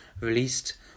Released